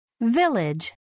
Village